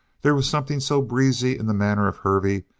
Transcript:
there was something so breezy in the manner of hervey,